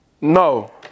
No